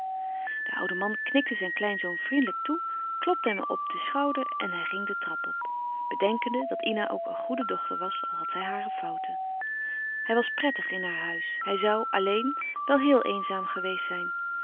de oude man knikte zijn kleinzoon vriendelijk toe klopte hem op den schouder en hij ging de trap op bedenkende dat ina ook een goede dochter was al had zij hare fouten hij was prettig in haar huis hij zoû alleen wel heel eenzaam geweest zijn